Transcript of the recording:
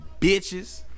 bitches